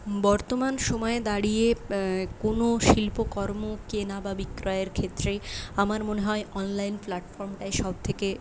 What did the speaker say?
বর্তমান সময়ে দাঁড়িয়ে কোনো শিল্পকর্ম কেনা বা বিক্রয়ের ক্ষেত্রে আমার মনে হয় অনলাইন প্ল্যাটফর্মটাই সবথেকে